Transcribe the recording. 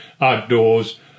outdoors